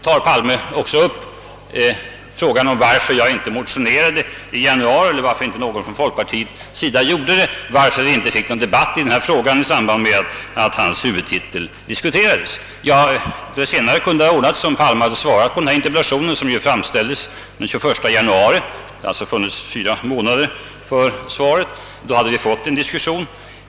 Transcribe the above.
jag eller någon annan i folkpartiet motionerade i januari i denna fråga och varför vi inte fick någon debatt i samband med att kommunikationshuvudtiteln diskuterades. Det senare kunde ha ordnats om herr Palme svarat på denna interpellation, som ju framställdes den 21 januari i samband med att vi behandlade väganslaget, för då hade vi fått en diskussion.